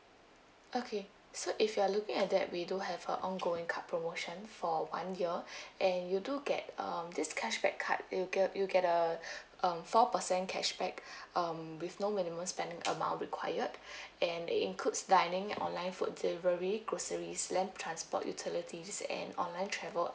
okay so if you are looking at that we do have a ongoing card promotion for one year and you do get um this cashback card you'll get you'll get uh um four percent cashback um with no minimum spending amount required and it includes dining online food delivery groceries land transport utilities and online travel